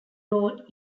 road